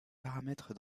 paramètres